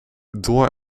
door